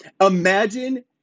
Imagine